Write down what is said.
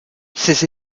ses